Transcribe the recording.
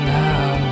now